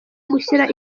gushyira